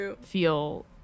feel